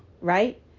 right